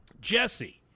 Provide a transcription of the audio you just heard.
Jesse